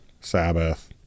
Sabbath